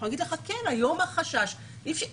אנחנו נגיד לך שהי חשש היום